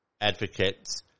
advocates